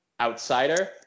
outsider